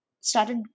started